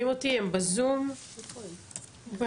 הם בזום הבנתי.